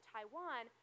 Taiwan